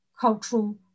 cultural